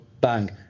bang